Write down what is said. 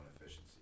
efficiency